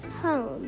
home